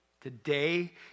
Today